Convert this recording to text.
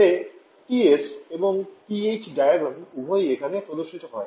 যাতে T S এবং P H diagram উভয়ই এখানে প্রদর্শিত হয়